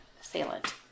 assailant